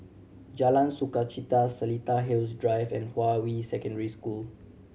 Jalan Sukachita Seletar Hills Drive and Hua Yi Secondary School